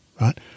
right